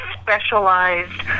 specialized